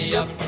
up